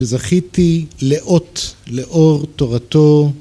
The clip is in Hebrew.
‫וזכיתי לאות לאור תורתו.